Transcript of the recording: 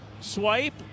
swipe